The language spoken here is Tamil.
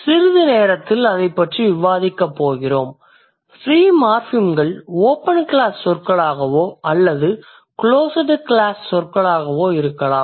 சிறிது நேரத்தில் அதைப் பற்றி விவாதிக்கப் போகிறோம் ஃப்ரீ மார்ஃபிம்கள் ஓபன் க்ளாஸ் சொற்களாகவோ அல்லது க்ளோஸ்டு க்ளாஸ் சொற்களாகவோ இருக்கலாம்